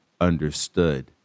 understood